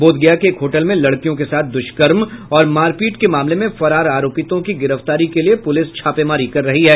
बोधगया के एक होटल में लड़कियों के साथ दुष्कर्म और मारपीट के मामले में फरार आरोपितों की गिरफ्तारी के लिये पुलिस छापेमारी कर रही है